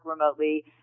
remotely